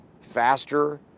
faster